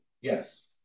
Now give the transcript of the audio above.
Yes